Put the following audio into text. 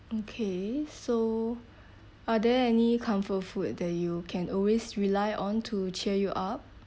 okay so are there any comfort food that you can always rely on to cheer you up